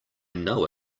know